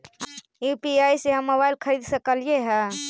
UPI से हम mobile खरिद सकलिऐ है